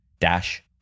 dash